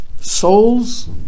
souls